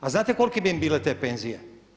A znate kolike bi im bile te penzije?